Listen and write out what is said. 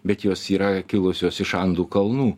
bet jos yra kilusios iš andų kalnų